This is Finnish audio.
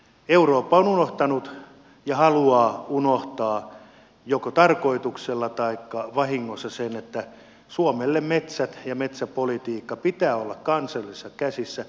eurooppa on unohtanut ja haluaa unohtaa joko tarkoituksella tai vahingossa sen että suomessa metsien ja metsäpolitiikan pitää olla kansallisissa käsissä